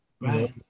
Right